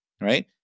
right